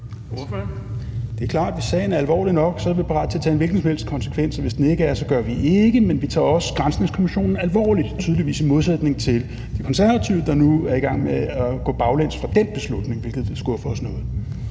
Det er klart, at hvis sagen er alvorlig nok, er vi parate til at tage en hvilken som helst konsekvens, og hvis den ikke er, gør vi ikke det. Men vi tager også granskningskommissionen alvorligt, tydeligvis i modsætning til De Konservative, der nu er i gang med at gå baglæns fra den beslutning, hvilket skuffer os noget.